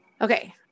Okay